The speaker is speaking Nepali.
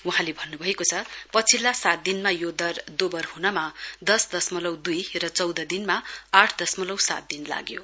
वहाँले भन्नुभएको छ पछिल्ला सात दिनमा यो दर दोवर हुनमा दश दशमलउ दुई र चौध दिनमा आठ दशमलउ सात दिन लाग्यो